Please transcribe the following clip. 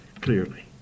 clearly